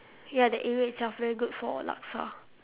ya the area itself very good for laksa